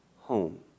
home